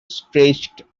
stretched